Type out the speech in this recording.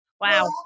Wow